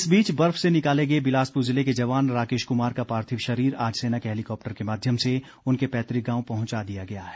इस बीच बर्फ से निकाले गए बिलासपुर जिले के जवान राकेश कुमार का पार्थिव शरीर आज सेना के हैलिकॉप्टर के माध्यम से उनके पैतृक गांव पहुंचा दिया गया है